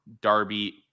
Darby